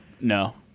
No